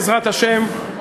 בעזרת השם,